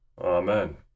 Amen